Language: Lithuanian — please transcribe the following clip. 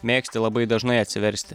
mėgsti labai dažnai atsiversti